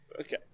Okay